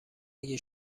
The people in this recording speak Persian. اگه